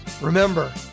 Remember